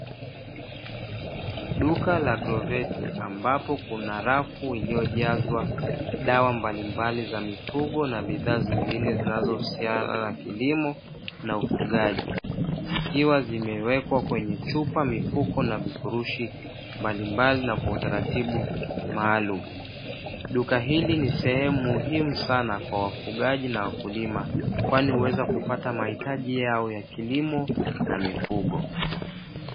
Duka la "agrovet" ambapo kuna rafu iliyojazwa dawa mbalimbali za mifugo na bidhaa zingine zinazohusiana na kilimo na ufugaji zikiwa zimewekwa kwenye chupa, mifuko na vifurushi mbalimbali na kwa utaratibu maalumu. Duka hili ni sehemu muhimu sana kwa wafugaji na wakulima kwani huweza kupata mahitaji yao ya kilimo na mifugo.